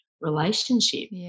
relationship